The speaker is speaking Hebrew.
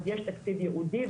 אז יש תקציב ייעודי,